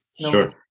sure